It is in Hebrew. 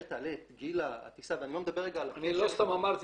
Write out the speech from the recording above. תעלה את גיל הטיסה --- אני לא סתם אמרתי,